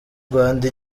rwanda